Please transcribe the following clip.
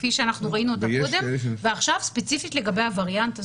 כפי שראינו קודם ועכשיו ספציפית לגבי הווריאנט הזה,